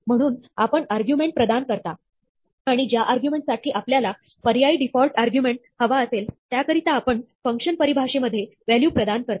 म्हणून आपण आर्ग्युमेंट प्रदान करता आणि ज्या आर्ग्युमेंट साठी आपल्याला पर्यायी डीफॉल्ट आर्ग्युमेंट हवा असेल त्याकरिता आपण फंक्शन परिभाषेमध्ये व्हॅल्यू प्रदान करता